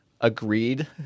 agreed